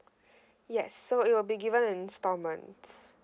yes so it will be given in instalments